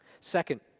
Second